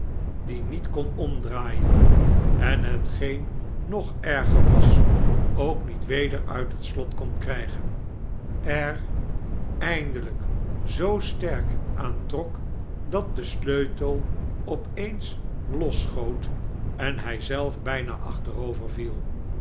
dien niet kon omdraaien en hetgeen nog erger was ook niet weder uit het slot kon krijgen er eindelijk zoo sterk aan trok dat de sleutel op eens losschoot en hij zelf bijna achterover viel